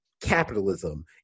capitalism